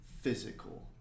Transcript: physical